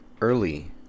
early